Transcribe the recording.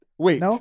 Wait